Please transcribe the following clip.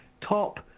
top